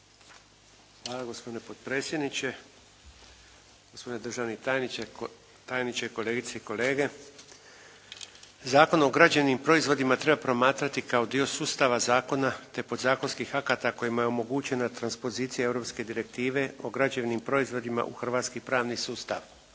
Hvala gospodine potpredsjedniče, gospodine državni tajniče, kolegice i kolege. Zakon o građevnim proizvodima treba promatrati kao dio sustava zakona te podzakonskih akata kojima je omogućena transpozicija Europske direktive o građevnim proizvodima u hrvatski pravni sustav.